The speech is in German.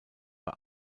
bei